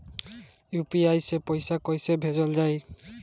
UPI से पैसा कइसे भेजल जाई?